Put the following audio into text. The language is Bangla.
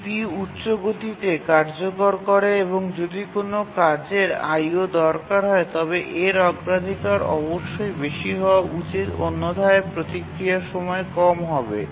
CPU উচ্চ গতিতে কার্যকর করে এবং যদি কোনও কাজের IO দরকার হয় তবে এর অগ্রাধিকার অবশ্যই বেশি হওয়া উচিত অন্যথায় প্রতিক্রিয়া সময় কম হবে